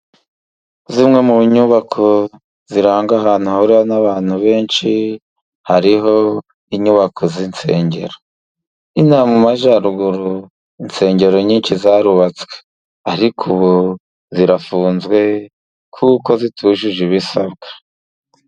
Zimwe mu nyubako ziranga ahantu hahurira abantu benshi ;hariho inyubako z'insengero. Ino aha mu majyaruguru, insengero nyinshi zarubatswe ,ariko ubu zirafunzwe kuko zitujuje ibisabwa.